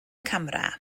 camera